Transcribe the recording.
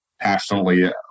passionately